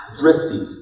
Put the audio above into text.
thrifty